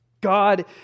God